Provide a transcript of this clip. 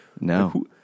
No